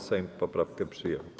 Sejm poprawki przyjął.